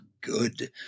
good